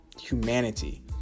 humanity